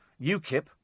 UKIP